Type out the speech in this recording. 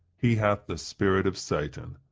he hath the spirit of satan.